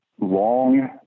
long